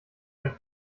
einen